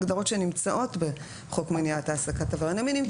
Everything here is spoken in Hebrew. אלה הגדרות שנמצאות בחוק מניעת העסקת עברייני מין.